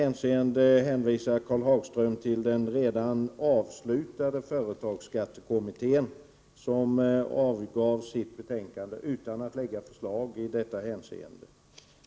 Där hänvisar Karl Hagström till den redan avslutade företagsskattekommittén, som avgav sitt betänkande utan att lägga fram förslag i detta hänseende.